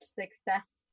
success